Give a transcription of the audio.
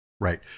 Right